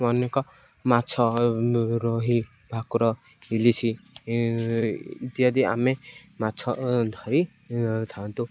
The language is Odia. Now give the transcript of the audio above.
ଅନେକ ମାଛ ରୋହି ଭାକୁର ଇଲିଶି ଇତ୍ୟାଦି ଆମେ ମାଛ ଧରିଥାନ୍ତୁ